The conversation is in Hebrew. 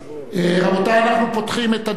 רבותי, אנחנו פותחים את הדיון.